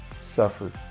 suffered